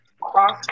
cross